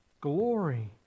glory